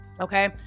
Okay